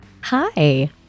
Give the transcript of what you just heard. Hi